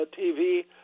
TV